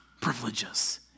privileges